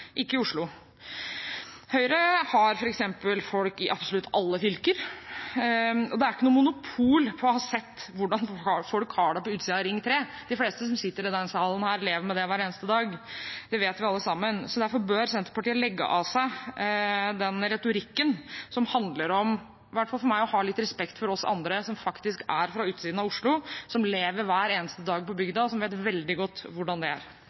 ikke noe monopol på å ha sett hvordan folk har det på utsiden av Ring 3. De fleste som sitter i denne salen, lever med det hver eneste dag. Det vet vi alle sammen. Derfor bør Senterpartiet legge av seg den retorikken. I hvert fall for meg handler det om å ha litt respekt for oss andre som faktisk bor utenfor Oslo, som lever hver eneste dag på bygda, og som vet veldig godt hvordan det er.